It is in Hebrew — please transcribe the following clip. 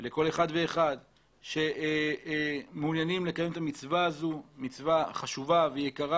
ולכל אחד ואחד שמעוניינים לקיים את המצווה הזאת שהיא מצווה חשובה ויקרה